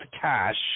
cash